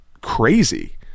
crazy